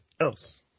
else